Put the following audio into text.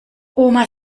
oma